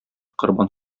корбан